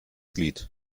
glied